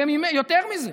הרי יותר מזה: